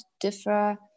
differ